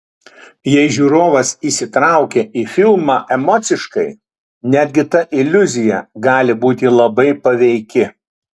jei žiūrovas įsitraukia į filmą emociškai netgi ta iliuzija gali būti labai paveiki